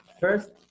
first